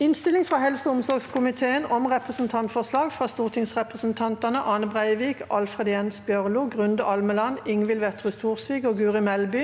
Innstilling fra helse- og omsorgskomiteen om Repre- sentantforslag fra stortingsrepresentantene Ane Breivik, Alfred Jens Bjørlo, Grunde Almeland, Ingvild Wetrhus Thorsvik og Guri Melby